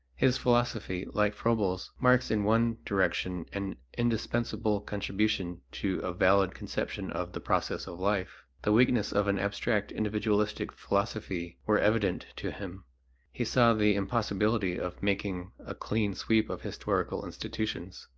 his philosophy, like froebel's, marks in one direction an indispensable contribution to a valid conception of the process of life. the weaknesses of an abstract individualistic philosophy were evident to him he saw the impossibility of making a clean sweep of historical institutions,